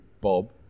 Bob